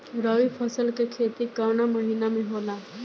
रवि फसल के खेती कवना महीना में होला?